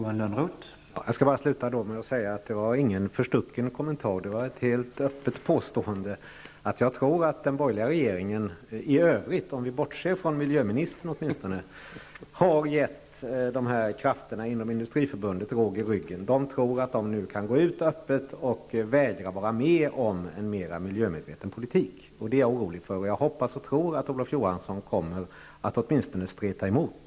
Herr talman! Det var ingen förstucken kommentar, utan det var ett helt öppet påstående. Jag tror nämligen att den borgerliga regeringen i övrigt -- om vi bortser från åtminstone miljöministern -- har givit dessa krafter inom Industriförbundet råg i ryggen. Dessa krafter tror att de nu kan gå ut öppet och vägra vara med om en mer miljömedveten politik. Jag är orolig för detta, och jag hoppas och tror att Olof Johansson åtminstone kommer att streta emot.